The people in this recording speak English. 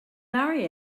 marry